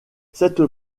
cette